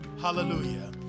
Hallelujah